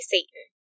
Satan